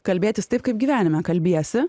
kalbėtis taip kaip gyvenime kalbiesi